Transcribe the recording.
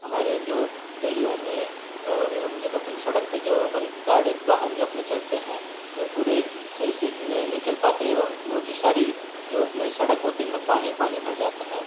हमारे जो गलियों में और एवं जब हम सड़क पर जब अपन गाड़ी वाहन जो अपने चलते हैं वह पूरे सही से नहीं चल पाते एवं वो जो सारी जो अपनी सड़क होती इनमें पानी पानी भर जाता है